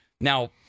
Now